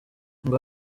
ngo